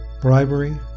bribery